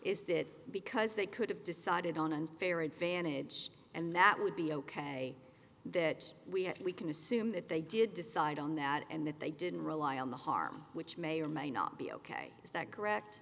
is that because they could have decided on unfair advantage and that would be ok that we have we can assume that they did decide on that and that they didn't rely on the harm which may or may not be ok is that correct